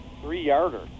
three-yarder